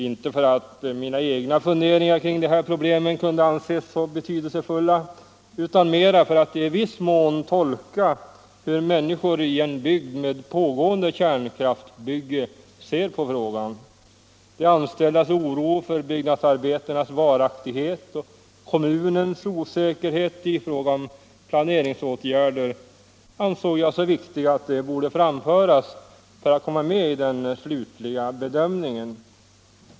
Inte därför att mina egna funderingar kring de här problemen kunde anses så betydelsefulla utan mera för att i viss mån uttolka hur människor i en bygd med pågående kärnkraftsbyggen ser på frågan. De anställdas oro för byggnadsarbetenas varaktighet och kommunens osäkerhet i fråga om planeringsåtgärder ansåg jag så viktiga att de borde framföras för att komma med i den slutliga bedömningen.